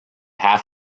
half